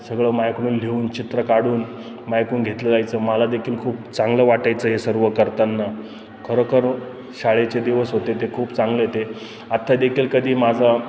सगळं माझ्याकडून लिहून चित्र काढून मायकून घेतलं जायचं मला देखील खूप चांगलं वाटायचं हे सर्व करताना खरोखर शाळेचे दिवस होते ते खूप चांगले होते आता देखील कधी माझं